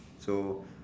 so